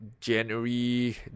January